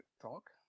talk